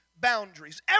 boundaries